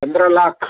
पन्द्रह लाख